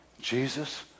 Jesus